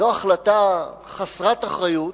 זו החלטה חסרת אחריות.